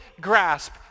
grasp